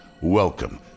Welcome